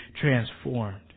transformed